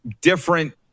different